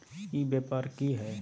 ई व्यापार की हाय?